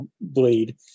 bleed